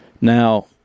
now